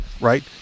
right